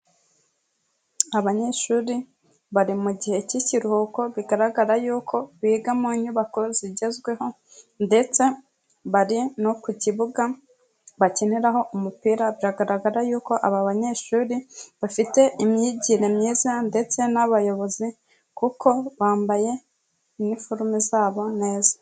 Abanyeshuri bari mu mugihe cy'ikiruhuko bigaragara yuko biga mu nyubako zigezweho, ndetse bari no ku kibuga bakiniraho umupira, biragaragara yuko aba banyeshuri bafite imyigire myiza, ndetse n'abayobozi kuko bambaye iniforume zabo neza.